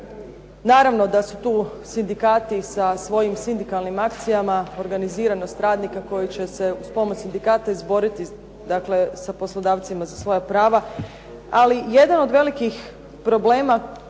Naravno da su tu sindikati sa svojim sindikalnim akcijama, organiziranost radnika koji će se uz pomoć sindikata izboriti sa poslodavcima za svoja prava, ali jedan od velikih problema